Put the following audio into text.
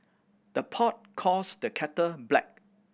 the pot calls the kettle black